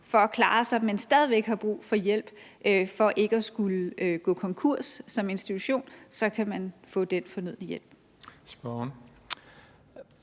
for at klare sig, men stadig væk har brug for hjælp for ikke at skulle gå konkurs som institution, kan få den fornødne hjælp.